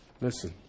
Listen